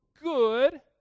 good